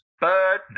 Bird